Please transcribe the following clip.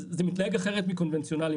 אבל זה מתנהג אחרת מקונבנציונאלי,